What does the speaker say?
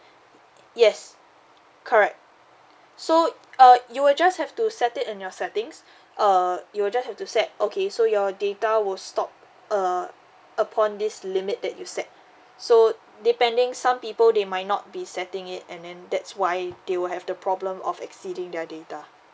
yes correct so uh you will just have to set it in your settings uh you will just have to set okay so your data will stop uh upon this limit that you set so depending some people they might not be setting it and then that's why they will have the problem of exceeding their data